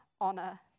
honor